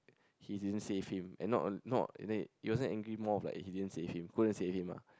he didn't save him and not not and then he he wasn't angry more like he didn't save him couldn't save him ah